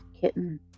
kitten